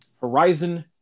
Horizon